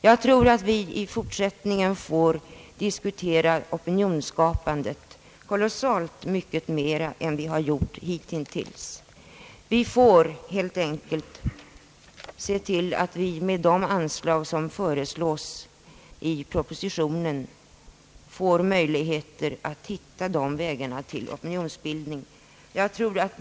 Jag tror att vi i fortsättningen får diskutera frågan om opinionsskapande mycket mer än vi gjort hittills. Vi får helt enkelt se till att vi med de anslag som föreslås i propositionen får möjligheter att hitta de vägarna till opinionsbildning.